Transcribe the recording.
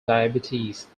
diabetes